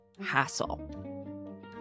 hassle